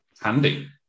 Handy